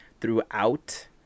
throughout